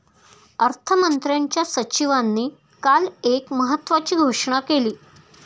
अर्थमंत्र्यांच्या सचिवांनी काल एक महत्त्वाची घोषणा केली